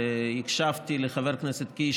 והקשבתי לחבר הכנסת קיש,